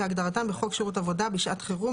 כהגדרתם בחוק שירות עבודה בשעת חירום,